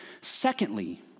Secondly